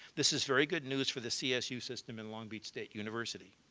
this is very good news for the csu system in long beach state university.